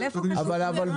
נתן,